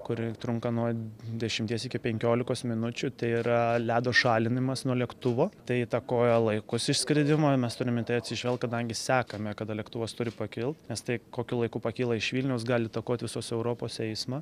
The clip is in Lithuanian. kuri trunka nuo dešimties iki penkiolikos minučių tai yra ledo šalinimas nuo lėktuvo tai įtakoja laikus išskridimo ir mes turime atsižvelgt kadangi sekame kada lėktuvas turi pakilt nes tai kokiu laiku pakyla iš vilniaus gali įtakot visos europos eismą